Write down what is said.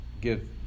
give